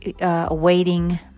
awaiting